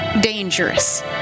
dangerous